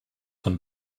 von